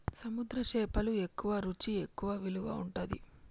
సముద్ర చేపలు ఎక్కువ రుచి ఎక్కువ విలువ ఉంటది